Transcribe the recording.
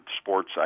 sports